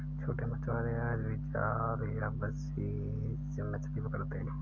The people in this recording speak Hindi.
छोटे मछुआरे आज भी जाल या बंसी से मछली पकड़ते हैं